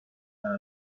and